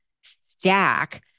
stack